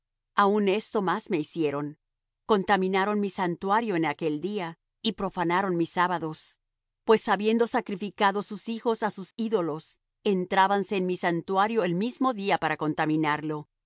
aun esto más me hicieron contaminaron mi santuario en aquel día y profanaron mis sábados pues habiendo sacrificado sus hijos á sus ídolos entrábanse en mi santuario el mismo día para contaminarlo